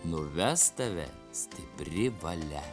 nuves tave stipri valia